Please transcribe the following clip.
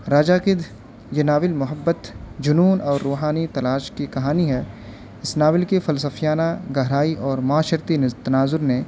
راجا گدھ یہ ناول محبت جنون اور روحانی تلاش کی کہانی ہے اس ناول کے فلسفیانہ گہرائی اور معاشرتی تناظر نے